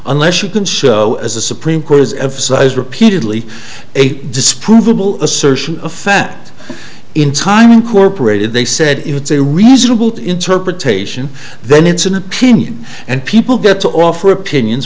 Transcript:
unless you can show as the supreme court has emphasized repeatedly a disprovable assertion of fact in time incorporated they said it's a reasonable interpretation then it's an opinion and people get to offer opinions